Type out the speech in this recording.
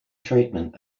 treatment